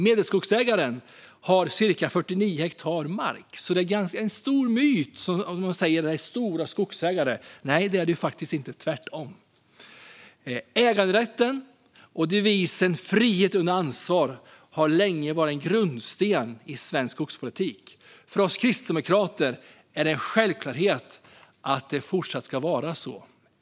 Medelskogsägaren har ca 49 hektar mark, så det är en myt att det bara finns stora skogsägare. Så är det faktiskt inte - tvärtom. Äganderätten och devisen frihet under ansvar har länge varit en grundsten för svensk skogspolitik. För oss kristdemokrater är det en självklarhet att det ska fortsätta vara så.